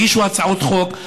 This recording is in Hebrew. הגישו הצעות חוק,